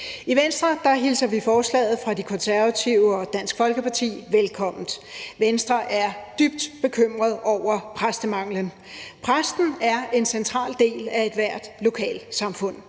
I Venstre hilser vi forslaget fra De Konservative og Dansk Folkeparti velkommen. Venstre er dybt bekymret over præstemanglen. Præsten er en central del af ethvert lokalsamfund.